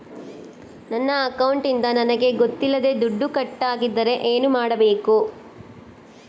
ನನ್ನ ಅಕೌಂಟಿಂದ ನನಗೆ ಗೊತ್ತಿಲ್ಲದೆ ದುಡ್ಡು ಕಟ್ಟಾಗಿದ್ದರೆ ಏನು ಮಾಡಬೇಕು?